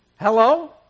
Hello